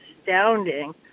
astounding